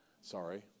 Sorry